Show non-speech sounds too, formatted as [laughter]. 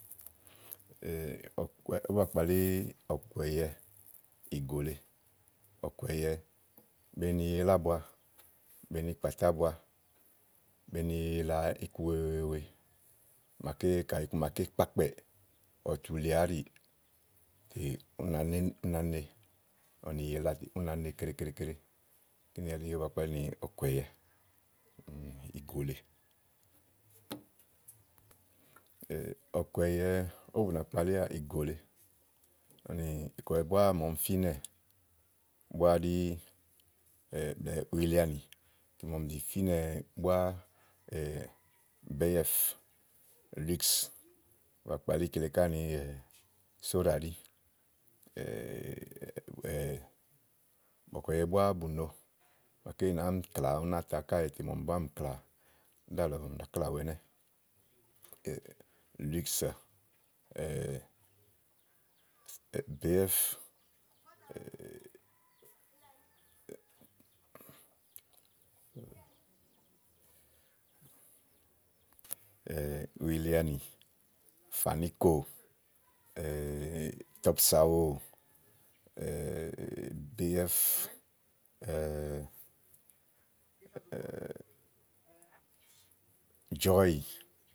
[hesitation] ɔ̀kɔ̀kùɛ̀ ímɛ̀ ba kpalí ɔ̀kùɛ̀yɛ ìgò lèe, ɔ̀kùɛ̀yɛ beni yila ábua be ni kpàtà ábua be ni yila iku wèe wèeèwèe gàké kayi iku maké kpo ákpɛ̀, ɔwɔ tu lià áɖì tè ú nàá ne ɔwɔ tu lià áɖìtè ú nàá ne keɖe keɖe keɖe kíni ɛɖí ówó ba kpalí ni ɔ̀kuɛ̀yɛ ìgò lèe ɔ̀kùɛ̀yɛ ówó bù nà kpalíà ìgò lèe [hesitation] ɔ̀kùɛ̀yɛ búá màa ɔmi fínɛ̀ búá ɖi [hesitation] buyilianì, màa ɔmi zì fínɛ búáá [hesitation] bèé ɛ́ɛ̀f, lùìíks ba kpalí kíle ka ni sóɖàɖí [hesitation] ɔ̀kùɛ̀yɛ búá bù nyo màaké ì nàáá mi klà búna a ta káèè kìma ɔmi báà mì klà ɖálɔ̀ɔ ɔmi ɖàá klàa awu ɛnɛ́ [hesitation] lùìíks [hesitation] bèé ɛ́ɛ̀f [hesitation] uyilianì, fàníkò, tɔ̀p saóò [hesitation] bèé ɛ́ɛ̀f [hesitation] jɔ̀ɔ́ yì.